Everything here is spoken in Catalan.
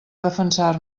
defensar